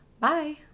Bye